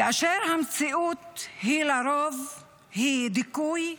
כאשר המציאות היא לרוב דיכוי,